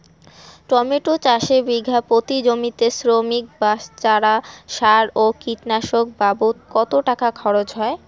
Tomato চাষে বিঘা প্রতি জমিতে শ্রমিক, বাঁশ, চারা, সার ও কীটনাশক বাবদ কত টাকা খরচ হয়?